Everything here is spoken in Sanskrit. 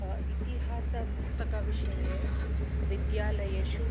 अ इतिहासपुस्तकविषये विद्यालयेषु